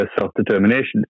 self-determination